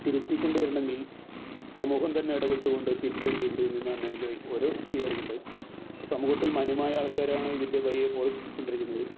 തിരുത്തിക്കൊണ്ട് വരണമെങ്കിൽ സമൂഹം തന്നെ ഇടപെട്ടുകൊണ്ട് തിരുത്തേണ്ടതുണ്ട് എന്നാണ് എൻ്റെ ഒരു വിചാരിക്കേണ്ടത് ഇപ്പം സമൂഹത്തിൽ മാന്യമായ ആൾക്കാരാണ് ഇതിൻ്റെ ബയ്യേ പുറകെ പൊയ്ക്കൊണ്ടിരുന്നത്